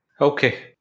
Okay